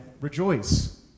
rejoice